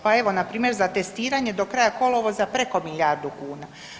Pa evo na primjer za testiranje do kraja kolovoza preko milijardu kuna.